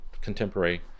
contemporary